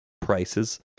prices